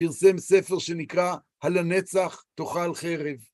פרסם ספר שנקרא, הלנצח תוכל חרב.